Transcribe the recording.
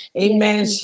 Amen